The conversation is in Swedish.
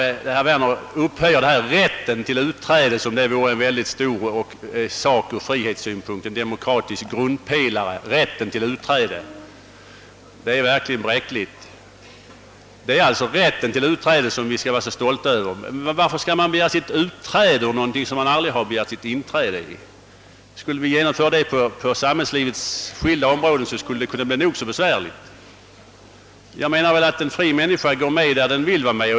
Herr Werner framställer rätten till utträde som en stor sak ur frihetssynpunkt, en demokratisk grundpelare. Det är verkligen en bräcklig grundpelare. Det är alltså över rätten till utträde vi skall vara så stolta. Men varför skall man begära sitt utträde ur något som man aldrig har begärt sitt inträde i? Skulle vi genomföra samma ordning på samhällslivets skilda områden, skulle det bli nog så besvärligt. Jag menar att en fri människa bör få vara med där hon vill vara med.